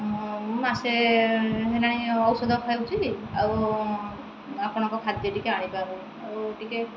ମୁଁ ମାସେ ହେଲାଣି ଔଷଧ ଖାଉଛି ଆଉ ଆପଣଙ୍କ ଖାଦ୍ୟ ଟିକେ ଆଣିପାରୁନି ଆଉ ଟିକେ